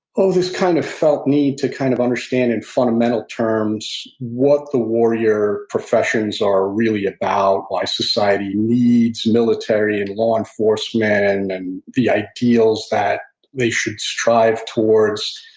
this kind of felt need to kind of understand in fundamental terms what the warrior professions are really about, why society needs military and law enforcement and and the ideals that they should strive towards.